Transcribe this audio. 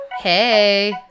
Hey